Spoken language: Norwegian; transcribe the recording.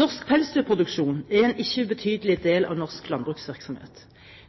Norsk pelsdyrproduksjon er en ikke ubetydelig del av norsk landbruksvirksomhet.